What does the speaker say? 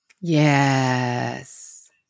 Yes